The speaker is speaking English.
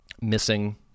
missing